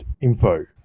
info